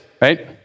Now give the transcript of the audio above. right